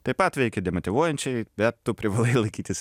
taip pat veikia demotyvuojančiai bet tu privalai laikytis